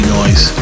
Noise